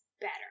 better